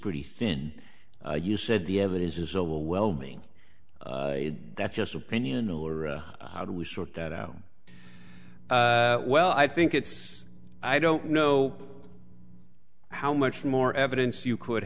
pretty thin you said the evidence is overwhelming that's just opinion or how do we sort that out well i think it's i don't know how much more evidence you could